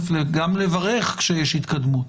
גם לברך כשיש התקדמות,